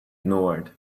ignored